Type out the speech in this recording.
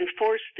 enforce